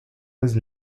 his